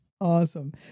awesome